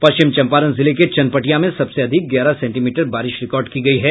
पश्चिम चम्पारण जिले के चनपटिया में सबसे अधिक ग्यारह सेंटीमीटर बारिश रिकॉर्ड की गयी है